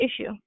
issue